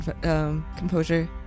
composure